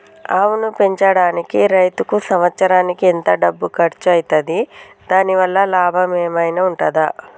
ఆవును పెంచడానికి రైతుకు సంవత్సరానికి ఎంత డబ్బు ఖర్చు అయితది? దాని వల్ల లాభం ఏమన్నా ఉంటుందా?